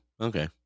okay